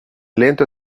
lento